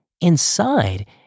inside